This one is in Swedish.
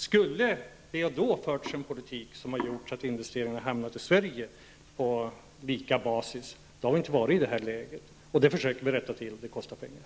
Om det då hade förts en politik som gjort att investeringarna hamnat i Sverige på lika basis hade vi inte haft detta läge. Det försöker vi rätta till, och det kostar pengar.